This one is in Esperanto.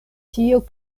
tio